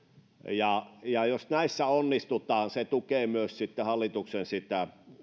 ja ja jos näissä onnistutaan se tukee myös hallituksen